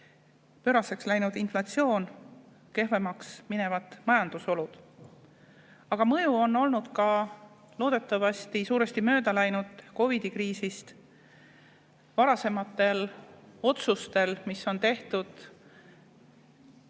pööraseks läinud inflatsiooni, kehvemaks minevaid majandusolusid. Aga mõju on olnud ka loodetavasti suuresti möödaläinud COVID‑i kriisil, varasematel otsustel, mis on tehtud erinevates